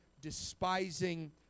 despising